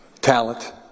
talent